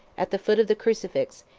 at the foot of the crucifix,